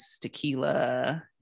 tequila